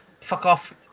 fuck-off